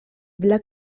dla